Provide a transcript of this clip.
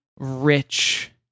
rich